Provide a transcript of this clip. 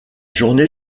journée